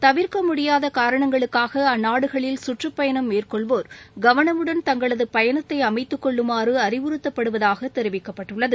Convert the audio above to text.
தவிர்க்க முடியாத காரணங்களுக்காக அந்நாடுகளில் கற்றப்பயணம் மேற்கொள்வோர் கவனமுடன் தங்களது பயணத்தை அமைத்துக் கொள்ளுமாறு அறிவுறுத்தப்படுவதாக தெரிவிக்கப்பட்டுள்ளது